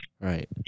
Right